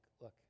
look